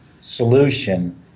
solution